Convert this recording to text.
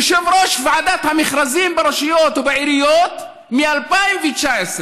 יושב-ראש ועדת המכרזים ברשויות ובעיריות מ-2019,